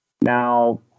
Now